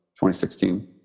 2016